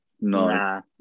no